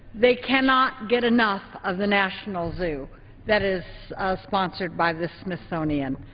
they cannot get enough of the national zoo that is sponsored by this smithsonian.